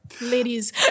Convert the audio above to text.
ladies